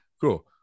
cool